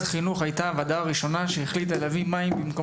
חינוך הייתה הוועדה הראשונה שהחליטה להביא מים במקום